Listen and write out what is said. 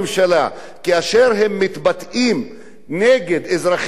כאשר הם מתבטאים נגד אזרחים ערבים,